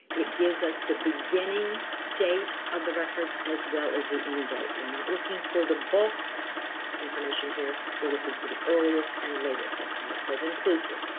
it gives us the beginning date of the records as well as the end date. we're not looking for the bulk information here. we're looking for the earliest and latest. that's why it says inclusive.